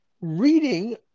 reading